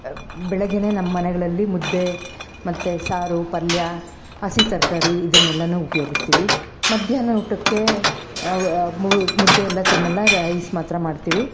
ಬೆಳಗ್ಗೆನೆ ನಮ್ಮನೆಗಳಲ್ಲಿ ಮುದ್ದೆ ಮತ್ತು ಸಾರು ಪಲ್ಯ ಹಸಿ ತರಕಾರಿ ಇದನೆಲ್ಲಾ ಉಪಯೋಗಿಸ್ತೀವಿ ಮಧ್ಯಾಹ್ನ ಊಟಕ್ಕೆ ಮುದ್ದೆ ಎಲ್ಲ ತಿನ್ನಲ್ಲ ರೈಸ್ ಮಾತ್ರ ಮಾಡ್ತೀವಿ